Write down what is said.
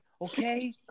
okay